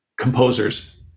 composers